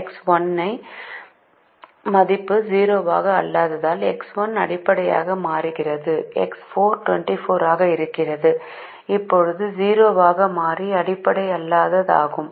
X1 ன் மதிப்பு ௦ அக இல்லாததினால் X1 அடிப்படையாக மாறுகிறது X4 24 ஆக இருந்தது இப்போது 0 ஆக மாறி அடிப்படை அல்லாதது ஆகும்